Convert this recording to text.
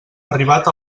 arribat